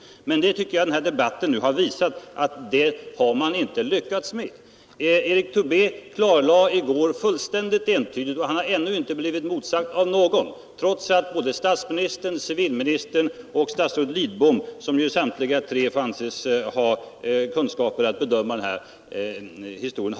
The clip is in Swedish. Men jag tycker den här debatten nu har visat att man inte har lyckats med det. Erik Tobé klarlade i går fullständigt entydigt — och han har ännu inte blivit motsagd av någon, varken av statsministern, civilministern eller statsrådet Lidbom, som väl samtliga tre får förutsättas ha kunskaper nog att bedöma den här saken.